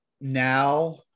now